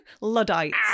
Luddites